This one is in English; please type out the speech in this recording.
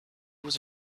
was